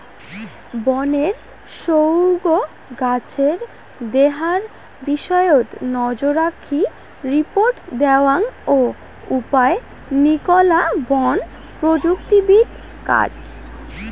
বনের সউগ্ গছের দেহার বিষয়ত নজররাখি রিপোর্ট দ্যাওয়াং ও উপায় নিকলা বন প্রযুক্তিবিদত কাজ